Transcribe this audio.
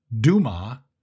Duma